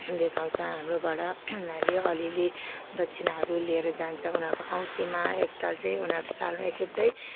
देखाउँछ हाम्रोबाट उनीहरूले अलिअलि दक्षिणाहरू लिएर जान्छ उनीहरूको औँसीमा एकताल चाहिँ उनीहरू सालमा एकखेप चाहिँ